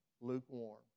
lukewarm